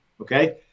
Okay